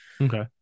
okay